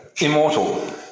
immortal